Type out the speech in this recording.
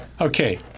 okay